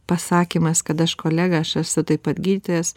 pasakymas kad aš kolega aš esu taip pat gydytojas